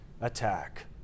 attack